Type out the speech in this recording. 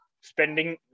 spending